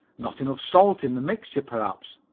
not enough salt in the mixture, perhaps.